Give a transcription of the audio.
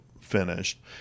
finished